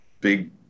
big